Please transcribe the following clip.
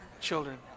children